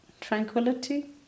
tranquility